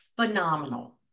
phenomenal